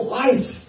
life